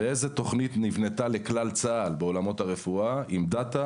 ואיזה תוכנית נבנתה לכלל צה"ל בעולמות הרפואה עם דאטא.